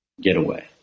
getaway